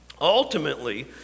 ultimately